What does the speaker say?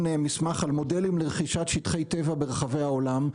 מסמך על מודלים לרכישת שטחי טבע ברחבי העולם.